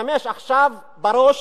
תשתמש עכשיו בראש,